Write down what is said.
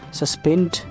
suspend